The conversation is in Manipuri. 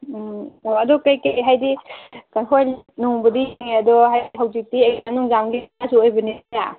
ꯎꯝ ꯑꯣ ꯑꯗꯨ ꯀꯔꯤ ꯀꯔꯤ ꯍꯥꯏꯗꯤ ꯑꯗꯣ ꯍꯥꯏꯗꯤ ꯍꯧꯖꯤꯛꯇꯤ ꯑꯣꯏꯕꯅꯤꯅ